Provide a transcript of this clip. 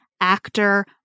actor